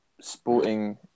sporting